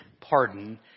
pardon